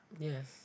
Yes